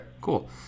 cool